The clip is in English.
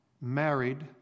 married